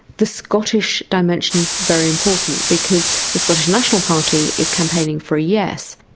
the scottish dimension is very important because the scottish national party is campaigning for a yes,